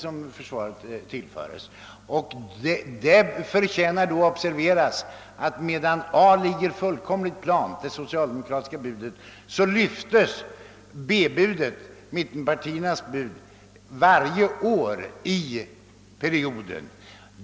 Därför förtjänar det observeras att A-alternativet, socialdemokraternas bud, ligger fullkomligt plant, medan däremot B-alternativet, mittenpartiernas bud, lyftes varje år i perioden.